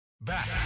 Back